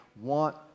want